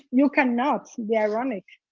you cannot be ironic.